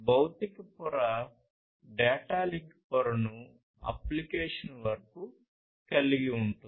భౌతిక పొర data link పొరను అప్లికేషన్ వరకు కలిగి ఉంటుంది